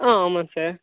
ஆ ஆமாம் சார்